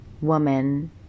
woman